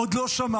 עוד לא שמעתי.